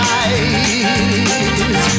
eyes